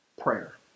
prayer